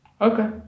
Okay